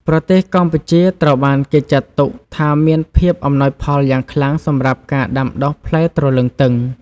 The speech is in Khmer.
ប្រទេសកម្ពុជាត្រូវបានគេចាត់ទុកថាមានភាពអំណោយផលយ៉ាងខ្លាំងសម្រាប់ការដាំដុះផ្លែទ្រលឹងទឹង។